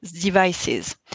devices